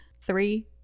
Three